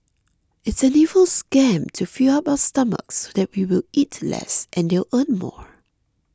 it's an evil scam to fill up our stomachs so that we will eat less and they'll earn more